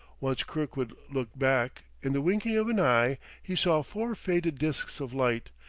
once kirkwood looked back in the winking of an eye he saw four faded disks of light,